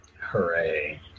Hooray